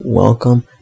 Welcome